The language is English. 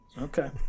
Okay